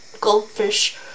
goldfish